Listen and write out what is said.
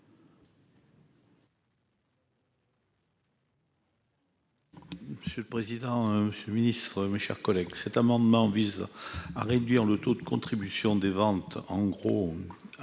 Monsieur le président, monsieur le Ministre, mes chers collègues, cet amendement vise à réduire le taux de contribution des ventes en gros à